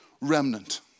remnant